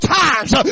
times